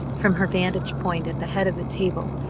from her vantage point at the head of the table,